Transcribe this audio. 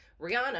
Rihanna